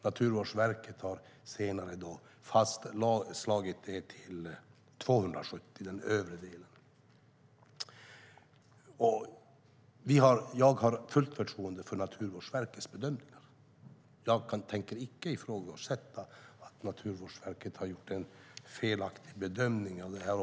Naturvårdsverket har senare fastslagit att det ska vara 270 individer. Jag har fullt förtroende för Naturvårdsverkets bedömningar, och jag tänker inte ifrågasätta att Naturvårdsverket har gjort en felaktig bedömning av detta.